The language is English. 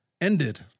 ended